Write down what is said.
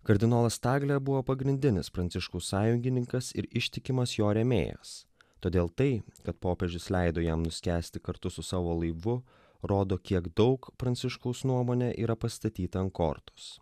kardinolas tagle buvo pagrindinis pranciškaus sąjungininkas ir ištikimas jo rėmėjas todėl tai kad popiežius leido jam nuskęsti kartu su savo laivu rodo kiek daug pranciškaus nuomone yra pastatyta ant kortos